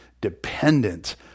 dependent